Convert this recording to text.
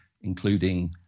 including